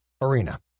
arena